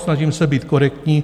Snažím se být korektní.